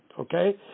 okay